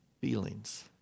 feelings